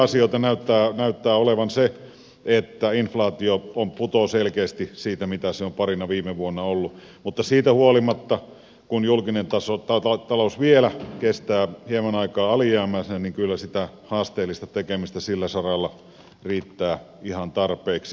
hyvä asia näyttää olevan se että inflaatio putoaa selkeästi siitä mitä se on parina viime vuonna ollut mutta siitä huolimatta kun julkinen talous vielä kestää hieman aikaa alijäämäisenä kyllä sitä haasteellista tekemistä sillä saralla riittää ihan tarpeeksi